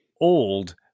old